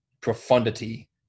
profundity